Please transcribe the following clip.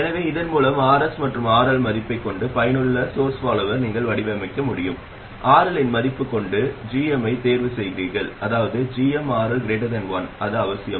எனவே இதன் மூலம் Rs மற்றும் RL மதிப்பைக் கொண்டு பயனுள்ள சோர்ஸ் பாலோவர் நீங்கள் வடிவமைக்க முடியும் RL இன் மதிப்பைக் கொண்டு gm ஐ தேர்வு செய்கிறீர்கள் அதாவது gmRL 1 அது அவசியம்